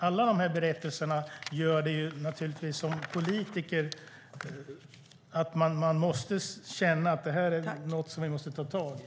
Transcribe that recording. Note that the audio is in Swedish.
Alla de här berättelserna gör att man som politiker känner att det här är något som vi måste ta tag i.